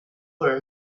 were